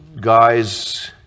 guys